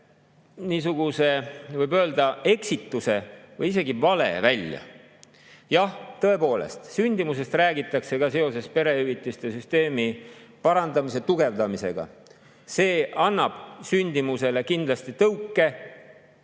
suure, võib öelda, eksituse või isegi vale välja. Jah, tõepoolest, sündimusest räägitakse seoses perehüvitiste süsteemi parandamisega, tugevdamisega. See annab sündimusele kindlasti tõuke,